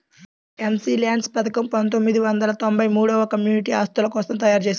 MPLADS పథకం పందొమ్మిది వందల తొంబై మూడులో కమ్యూనిటీ ఆస్తుల కోసం తయ్యారుజేశారు